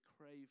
crave